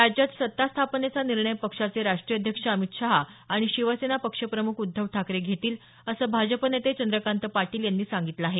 राज्यात सत्ता स्थापनेचा निर्णय पक्षाचे राष्टीय अध्यक्ष अमित शहा आणि शिवसेना पक्ष प्रमुख उद्धव ठाकरे घेतील असं भाजप नेते चंद्रकांत पाटील यांनी सांगितलं आहे